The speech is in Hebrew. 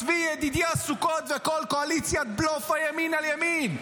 צבי ידידיה סוכות וכל קואליציית בלוף הימין על ימין: